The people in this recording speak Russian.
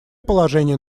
положение